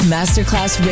Masterclass